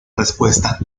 respuesta